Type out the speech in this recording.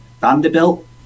Vanderbilt